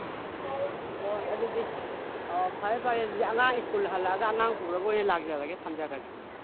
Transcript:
ꯑꯣ ꯑꯗꯨꯗꯤ ꯑꯣ ꯐꯔꯦ ꯐꯔꯦ ꯑꯗꯨꯗꯤ ꯑꯉꯥꯡ ꯁ꯭ꯀꯨꯜ ꯍꯜꯂꯛꯑꯒ ꯑꯉꯥꯡ ꯄꯨꯔꯒ ꯑꯣꯏꯅ ꯂꯥꯛꯆꯔꯒꯦ ꯊꯝꯖꯔꯒꯦ